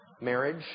marriage